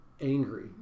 angry